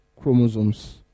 chromosomes